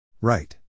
right